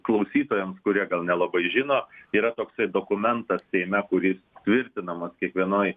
klausytojams kurie gal nelabai žino yra toksai dokumentas seime kuris tvirtinamas kiekvienoj